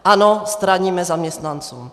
Ano, straníme zaměstnancům.